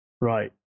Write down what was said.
right